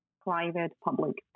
private-public